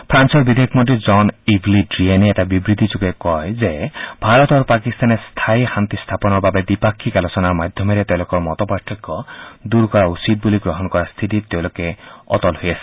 ফ্ৰালৰ বিদেশ মন্ত্ৰী জন ইভ লি ড়িয়েনে এটা বিবৃতি যোগে কয় যে ভাৰত আৰু পাকিস্তানে স্থায়ী শান্তি স্থাপনৰ বাবে দ্বিপাক্ষিক আলোচনাৰ মাধ্যমেৰে তেওঁলোকৰ মতপাৰ্থক্য দূৰ কৰা উচিত বুলি গ্ৰহণ কৰা স্থিতিত তেওঁলোকে অটল হৈ আছে